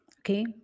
okay